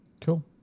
Cool